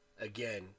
again